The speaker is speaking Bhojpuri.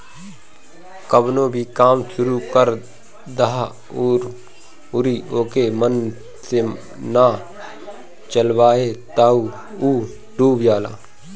कवनो भी काम शुरू कर दअ अउरी ओके मन से ना चलावअ तअ उ डूब जाला